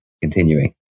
continuing